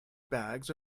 bags